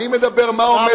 אני מדבר: מה עומד מאחורי,